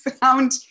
found